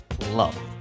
love